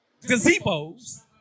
gazebos